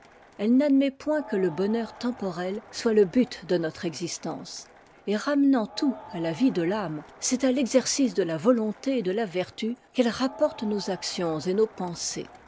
elle n'admet point que le bonheur temporel soit le but de notre existence et ramenant tout à la vie de l'âme c'est à l'exercice de la volonté et de la vertu qu'elle rapporte nos actions et nos pensées